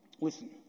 Listen